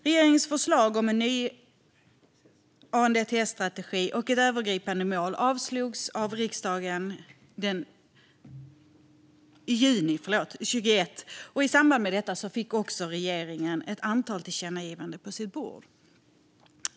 Regeringens förslag om en ny ANDTS-strategi och ett övergripande mål avslogs av riksdagen i juni 2021. I samband med detta fick regeringen ett antal tillkännagivanden på sitt bord.